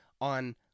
on